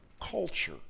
culture